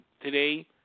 today